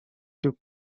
took